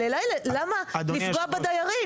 למה לפגוע בדיירים.